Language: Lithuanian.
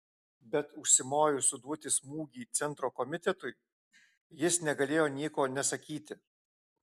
bet užsimojus suduoti smūgį centro komitetui jis negalėjo nieko nesakyti